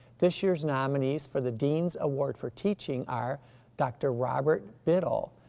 this year's nominees for the dean's award for teaching are dr. robert biddle,